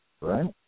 Right